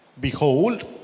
Behold